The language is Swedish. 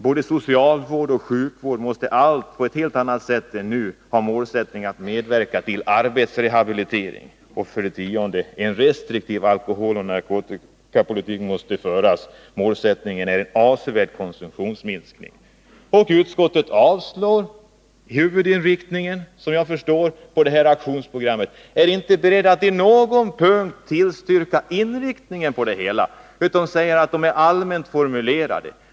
Både socialvården och sjukvården måste på ett helt annat sätt än nu ha målsättningen att medverka till arbetsrehabilitering. 10. En restriktiv alkoholoch narkotikapolitik måste föras. Målsättningen är en avsevärd konsumtionsminskning. Utskottet avstyrker huvudinriktningen för det här aktionsprogrammet och är inte berett att på någon punkt tillstyrka inriktningen utan säger att förslagen är allmänt formulerade.